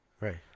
Right